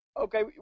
Okay